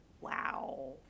Wow